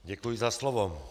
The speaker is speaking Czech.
Děkuji za slovo.